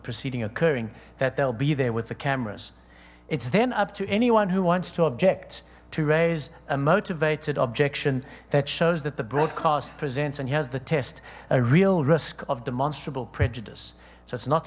proceeding occurring that they'll be there with the cameras it's then up to anyone who wants to object to raise a motivated objection that shows that the broadcast presents and has the test a real risk of demonstrable prejudice